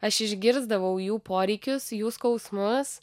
aš išgirsdavau jų poreikius jų skausmus